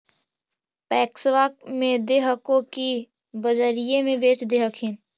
पैक्सबा मे दे हको की बजरिये मे बेच दे हखिन?